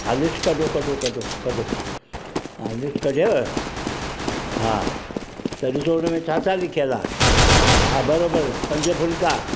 हा लिस्ट कढो कढो कढो कढो हा लिस्ट कढियव हा त ॾिसो हुनमें छा छा लिखियल आहे हा बराबरि पंज फुल्का